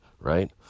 right